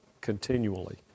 continually